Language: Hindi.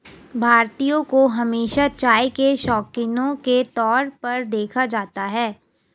भारतीयों को हमेशा चाय के शौकिनों के तौर पर देखा जाता है